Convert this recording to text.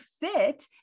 fit